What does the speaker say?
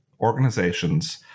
organizations